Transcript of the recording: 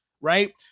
right